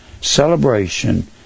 celebration